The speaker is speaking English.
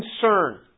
concern